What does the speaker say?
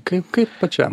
kaip kaip pačiam